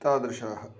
तादृशानां